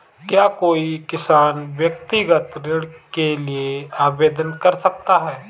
क्या कोई किसान व्यक्तिगत ऋण के लिए आवेदन कर सकता है?